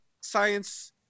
science